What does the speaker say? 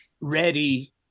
ready